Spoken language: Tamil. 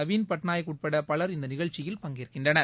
நவீன்பட்நாயக் உட்பட பலர் இந்த நிகழ்ச்சியில் பஙகேற்கின்றனர்